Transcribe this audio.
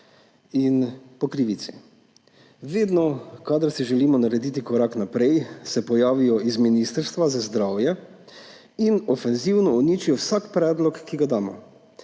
Po krivici. Vedno, kadar si želimo narediti korak naprej, se pojavijo z Ministrstva za zdravje in ofenzivno uničijo vsak predlog, ki ga damo.